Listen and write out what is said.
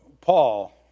Paul